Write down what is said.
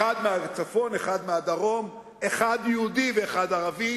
אחד מהצפון, אחד מהדרום, אחד יהודי ואחד ערבי.